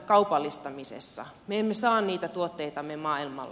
me emme saa niitä tuotteitamme maailmalle